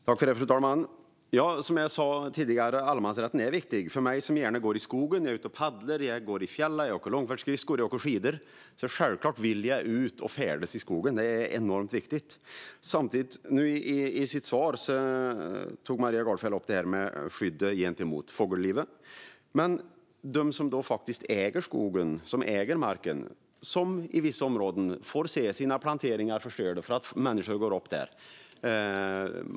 Fru talman! Som jag sa tidigare är allemansrätten viktig. Själv går jag gärna i skogen. Jag är ute och paddlar, går i fjällen, åker långfärdsskridskor och åker skidor. Självklart vill jag ut och färdas i skogen. Det är enormt viktigt. I sitt svar tog Maria Gardfjell upp det här med skyddet gentemot fågellivet. Men de som äger skogen, äger marken, får i vissa områden se sina planteringar förstörda för att människor går där.